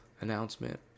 announcement